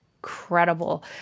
incredible